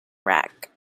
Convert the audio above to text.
rack